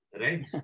Right